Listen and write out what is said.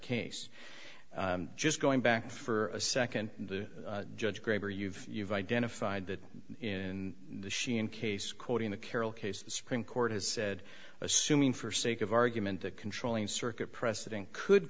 case just going back for a second the judge graber you've you've identified that in the sheehan case quoting the carroll case the supreme court has said assuming for sake of argument that controlling circuit precedent could